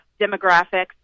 demographics